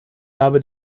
habe